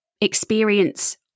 experience